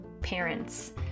Parents